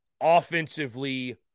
offensively